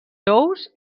tous